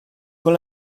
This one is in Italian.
con